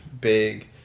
big